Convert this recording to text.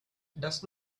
does